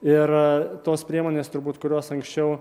ir tos priemonės turbūt kurios anksčiau